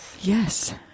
Yes